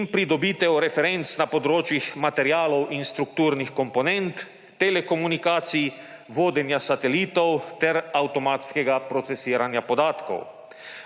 in pridobitev referenc na področjih materialov in strukturnih komponent, telekomunikacij, vodenja satelitov ter avtomatskega procesiranja podatkov.